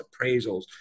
appraisals